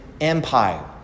Empire